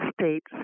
states